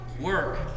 work